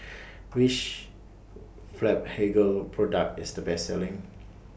Which Blephagel Product IS The Best Selling